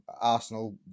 Arsenal